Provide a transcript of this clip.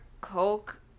coke